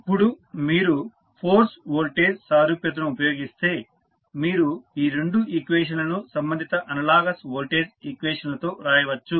ఇప్పుడు మీరు force voltage సారూప్యతను ఉపయోగిస్తే మీరు ఈ రెండు ఈక్వేషన్స్ లను సంబంధిత అనలాగస్ వోల్టేజ్ ఈక్వేషన్ లలో వ్రాయవచ్చు